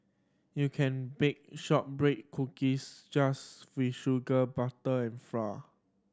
you can bake shortbread cookies just with sugar butter and flour